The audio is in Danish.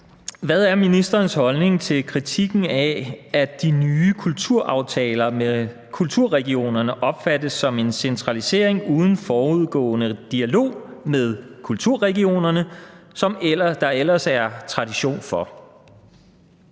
Hvad er ministerens holdning til kritikken af, at de nye kulturaftaler med kulturregionerne opfattes som en centralisering uden forudgående dialog med kulturregionerne, som der ellers er tradition for?